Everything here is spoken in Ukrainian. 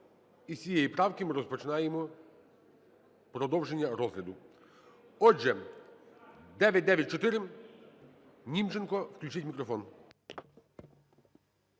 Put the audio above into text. І з цієї правки ми розпочинаємо продовження розгляду. Отже, 994. Німченку включіть мікрофон.